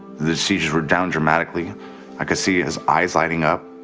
the seizures were down dramatically i could see his eyes lighting up.